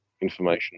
information